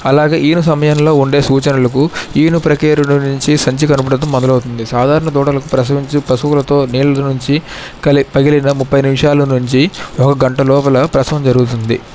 అలాగే ఈను సమయంలో ఉండే సూచనలకు ఈను ప్రక్యర్యుల నుంచి సంచి కడుపునొప్పి మొదలవుతుంది సాధారణ దూడలకు ప్రసవించే పశువులతో నీళ్ళు సంచి కలి పగిలిన ముప్ఫై నిమిషాల నుంచి ఒక గంట లోపల ప్రసవం జరుగుతుంది